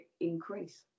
increase